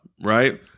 Right